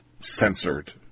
censored